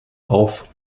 auf